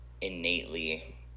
innately